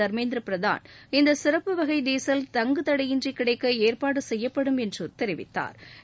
தர்மேந்திர பிரதான் இந்த சிறப்பு வகை டீசல் தங்குதடையின்றி கிடைக்க ஏற்பாடு செய்யப்படும் என்றும் தெரிவித்தாா்